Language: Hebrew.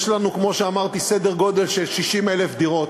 יש לנו, כמו שאמרתי, סדר גודל של 60,000 דירות.